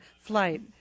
flight